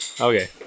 Okay